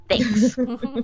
Thanks